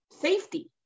safety